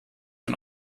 und